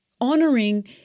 honoring